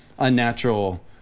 unnatural